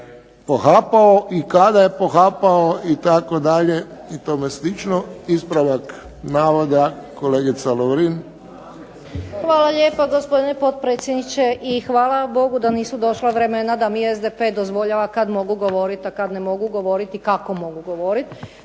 Hvala lijepo gospodine potpredsjedniče. Hvala Bogu da nisu došla vremena da mi SDP dozvoljava kada mogu govoriti i kada mogu govoriti i kako mogu govoriti.